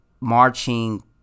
marching